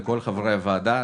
לכל חברי הוועדה,